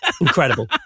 Incredible